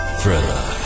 Thriller